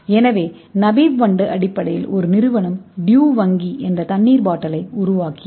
எனவே நமீப் வண்டு அடிப்படையில் ஒரு நிறுவனம் 'டியூ வங்கி' ஒரு தண்ணீர் பாட்டிலை உருவாக்கியது